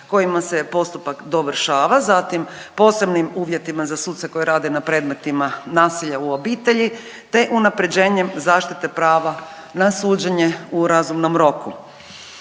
kojima se postupak dovršava, zatim posebnim uvjetima za suce koji rade na predmetima nasilja u obitelji te unapređenjem zaštite prava na suđenjem u razumnom roku.